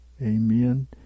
Amen